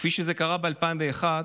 כפי שקרה ב-2001,